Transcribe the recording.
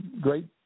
great